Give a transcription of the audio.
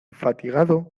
fatigado